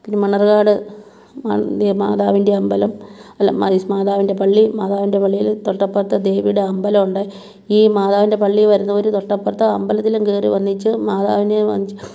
പിന്നെ മണർകാട് മാതാവിൻ്റെ അമ്പലം അല്ല മാതാവിൻ്റെ പള്ളി മാതാവിൻ്റെ പള്ളിയുടെ തൊട്ടപ്പുറത്ത് ദേവിയുടെ അമ്പലം ഉണ്ട് ഈ മാതാവിൻ്റെ പള്ളി വരുന്നവർ തൊട്ടപ്പുറത്ത് അമ്പലത്തിലും കയറി വന്നേച്ചും മാതാവിനെ